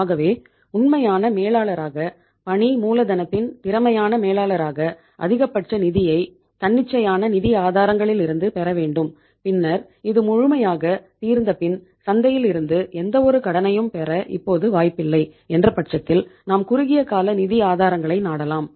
ஆகவே உண்மையான மேலாளராக பணி மூலதனத்தின் திறமையான மேலாளராக அதிகபட்ச நிதியைப் தன்னிச்சையான நிதி ஆதாரங்களிலிருந்து பெற வேண்டும் பின்னர் இது முழுமையாக தீர்ந்தப்பின் சந்தையில் இருந்து எந்தவொரு கடனையும் பெற இப்போது வாய்ப்பில்லை என்ற பட்சத்தில் நாம் குறுகிய கால நிதி ஆதாரங்களை நாடலாம்